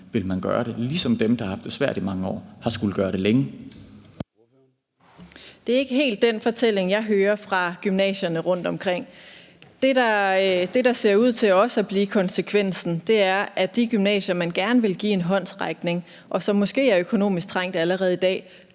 skullet gøre det. Kl. 15:29 Formanden (Søren Gade): Ordføreren. Kl. 15:29 Samira Nawa (RV): Det er ikke helt den fortælling, jeg hører fra gymnasierne rundtomkring. Det, der ser ud til også at blive konsekvensen, er, at de gymnasier, man gerne vil give en håndsrækning, og som måske er økonomisk trængte allerede i dag,